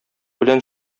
белән